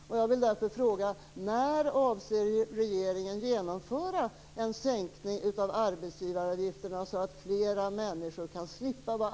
Jag vill därför fråga: